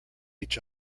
each